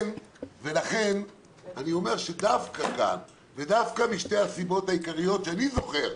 לכן אני אומר שדווקא כאן ודווקא משתי הסיבות העיקריות שאני זוכר,